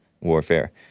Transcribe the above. warfare